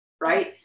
right